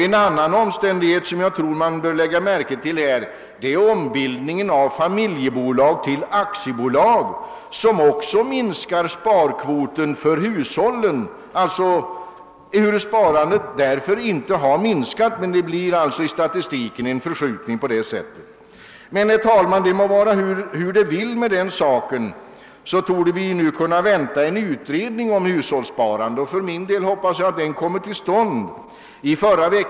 En annan omständighet som jag tror att man bör lägga märke till är ombildningen av familjebolag till aktiebolag, vilket också minskat sparkvoten för hushållen ehuru sparandet därför ingalunda bör vara mindre. På det sättet blir det emellertid en förskjutning i statistiken. Hur det än är med denna sak torde vi emellertid kunna förvänta en utredning om hushållssparandet. I förra vec.